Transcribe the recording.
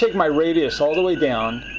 like my radius all the way down,